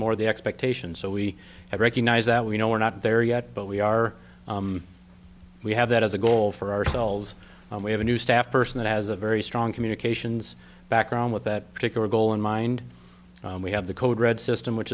more the expectation so we recognize that we know we're not there yet but we are we have that as a goal for ourselves and we have a new staff person that has a very strong communications background with that particular goal in mind we have the code red system which